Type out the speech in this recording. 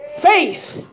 Faith